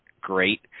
great